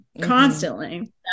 constantly